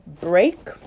break